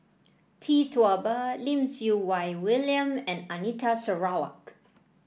Tee Tua Ba Lim Siew Wai William and Anita Sarawak